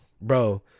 bro